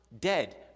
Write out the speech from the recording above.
Dead